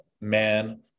man